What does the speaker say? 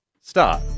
Start